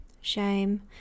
shame